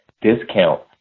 discount